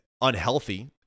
unhealthy